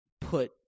put